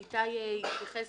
איתי התייחס